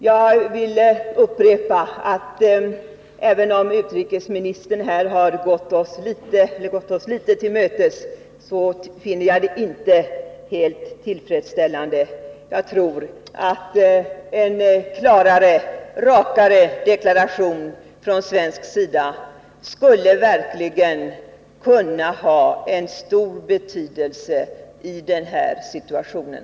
Jag vill upprepa att, även om utrikesministern här har gått oss litet till mötes, finner jag det inte helt tillfredsställande. Jag tror att en klarare och rakare deklaration från svensk sida verkligen skulle kunna ha stor betydelse i den här situationen.